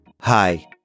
Hi